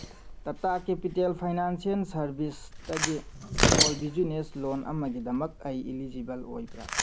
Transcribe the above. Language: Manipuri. ꯇꯇꯥ ꯀꯦꯄꯤꯀꯦꯜ ꯐꯩꯅꯥꯟꯁꯤꯌꯦꯟ ꯁꯔꯚꯤꯁꯇꯒꯤ ꯏꯁꯃꯣꯜ ꯕꯤꯖꯤꯎꯅꯦꯁ ꯂꯣꯟ ꯑꯃꯒꯤꯗꯃꯛ ꯑꯩ ꯏꯂꯤꯖꯤꯕꯜ ꯑꯣꯏꯕ꯭ꯔꯥ